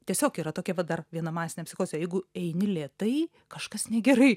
tiesiog yra tokia va dar viena masinė psichozė jeigu eini lėtai kažkas negerai